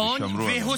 שמרו עליהם.